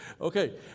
Okay